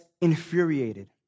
infuriated